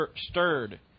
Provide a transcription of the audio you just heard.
stirred